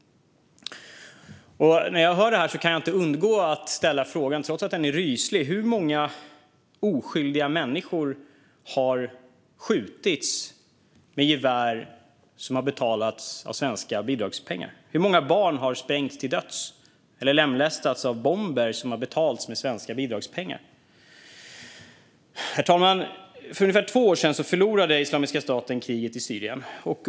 När jag hör detta kan jag inte undgå att ställa frågan, trots att den är ryslig: Hur många oskyldiga människor har skjutits med gevär som har betalats med svenska bidragspengar? Hur många barn har sprängts till döds eller lemlästats av bomber som har betalats med svenska bidragspengar? Herr talman! För ungefär två år sedan förlorade Islamiska staten kriget i Syrien.